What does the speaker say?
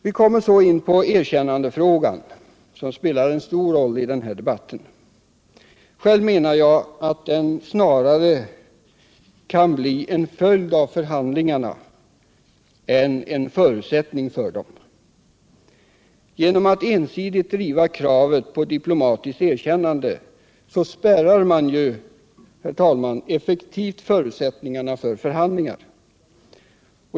Vi kommer så in på erkännandefrågan, som spelar en stor roll i den här debatten. Själv menar jag att ett erkännande snarare kan bli en följd av förhandlingarna än en förutsättning för dem. Genom att ensidigt driva kravet på diplomatiskt erkännande spärrar man effektivt förutsättningarna för förhandlingar.